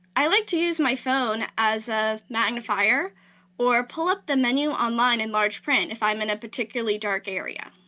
i like to use my phone as a magnifier or pull up the menu online in large print if i'm in a particularly dark area.